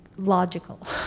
logical